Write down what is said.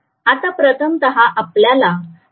आता प्रथमत आपल्याला थ्री फेजची गरज काय